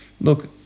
look